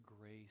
grace